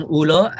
ulo